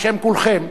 בשם כולכם,